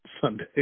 Sunday